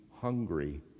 hungry